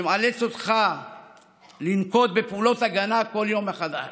שמאלץ אותך לנקוט פעולות הגנה בכל יום מחדש,